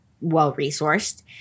well-resourced